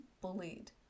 bullied